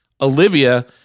Olivia